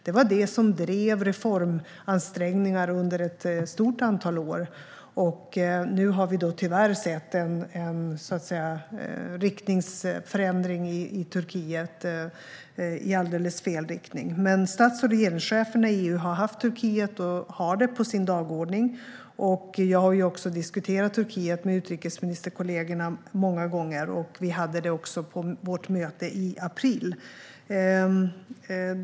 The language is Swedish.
Det var detta som drev på för reformansträngningar under ett stort antal år, och nu har vi tyvärr sett en riktningsförändring åt alldeles fel håll i Turkiet. Men stats och regeringscheferna i EU har haft och har Turkiet på sin dagordning. Jag har diskuterat Turkiet med utrikesminsterkollegorna många gånger. Det var också uppe på vårt möte i april.